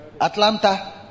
Atlanta